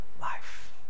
life